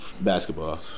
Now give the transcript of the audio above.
basketball